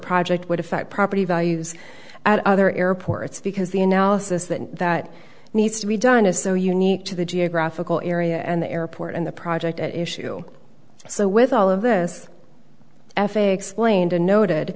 project would affect property values at other airports because the analysis that that needs to be done is so unique to the geographical area and the airport and the project at issue so with all of this f a a explained and noted